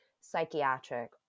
psychiatric